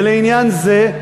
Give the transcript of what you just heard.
ולעניין זה,